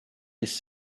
his